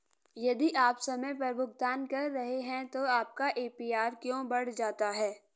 यदि आप समय पर भुगतान कर रहे हैं तो आपका ए.पी.आर क्यों बढ़ जाता है?